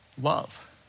love